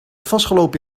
vastgelopen